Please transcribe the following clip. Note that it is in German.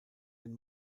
den